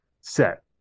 set